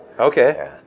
okay